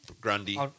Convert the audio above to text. Grundy